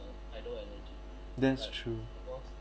that's true